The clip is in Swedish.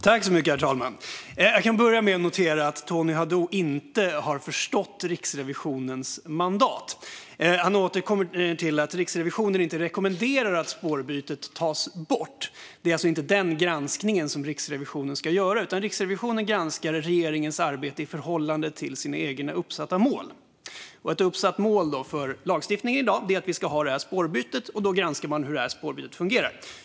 Herr talman! Jag börjar med att notera att Tony Haddou inte har förstått Riksrevisionens mandat. Han återkommer till att Riksrevisionen inte rekommenderar att spårbytet tas bort. Det är alltså inte den granskningen som Riksrevisionen ska göra, utan Riksrevisionen granskar regeringens arbete i förhållande till dess egna uppsatta mål. Ett uppsatt mål för lagstiftningen i dag är att vi ska ha spårbytet, och då granskar man hur spårbytet ska fungera.